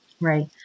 Right